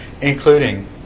including